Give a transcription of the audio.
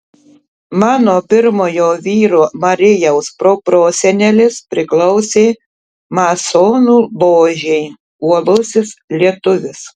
mano pirmojo vyro marijaus proprosenelis priklausė masonų ložei uolusis lietuvis